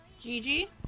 Gigi